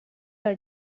are